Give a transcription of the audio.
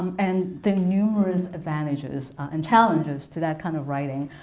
and the numerous advantages and challenges to that kind of writing.